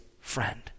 friend